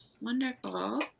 Wonderful